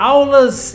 Aulas